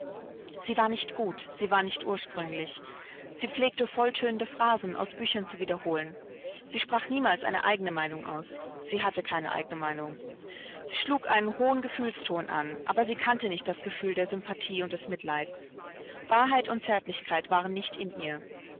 sie war nicht gut sie war nicht ursprünglich sie pflegte volltönende phrasen aus büchern zu wiederholen sie sprach niemals eine eigene meinung aus sie hatte keine eigene meinung sie schlug einen hohen gefühlston an aber sie kannte nicht das gefühl der sympathie und des mitleids wahrheit und zärtlichkeit waren nicht in ihr